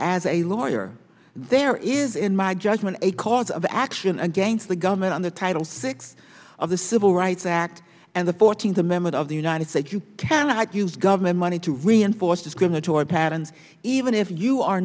as a lawyer there is in my judgment a cause of action against the government on the title six of the civil rights act and the fourteenth amendment of the united states you cannot use government money to reinforce discriminatory patterns even if you are